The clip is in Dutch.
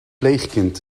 pleegkind